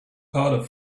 powder